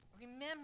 Remember